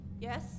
Yes